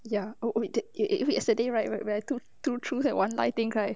ya oh wait did eh yesterday right right where I took two true or one line thing right